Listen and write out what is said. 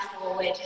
forward